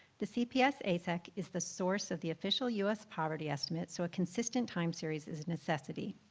the cps asec is the source of the official u s. poverty estimate, so a consistent time series is necessity.